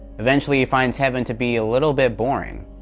eventually, he finds heaven to be a little bit boring.